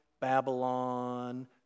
Babylon